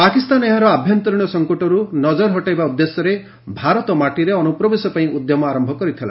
ପାକିସ୍ତାନ ଏହାର ଆଭ୍ୟନ୍ତରୀଣ ସଙ୍କଟରୁ ନଜର ହଟେଇବା ଉଦ୍ଦେଶ୍ୟରେ ଭାରତ ମାଟିରେ ଅନୁପ୍ରବେଶ ପାଇଁ ଉଦ୍ୟମ ଆର୍ୟ କରିଥିଲା